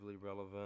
relevant